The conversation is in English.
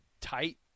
tight